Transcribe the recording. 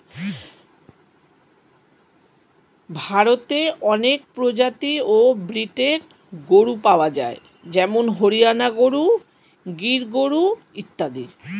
ভারতে অনেক প্রজাতি ও ব্রীডের গরু পাওয়া যায় যেমন হরিয়ানা গরু, গির গরু ইত্যাদি